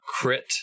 crit